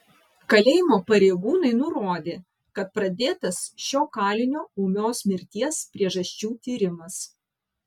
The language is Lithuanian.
kalėjimo pareigūnai nurodė kad pradėtas šio kalinio ūmios mirties priežasčių tyrimas